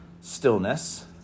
stillness